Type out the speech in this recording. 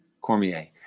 Cormier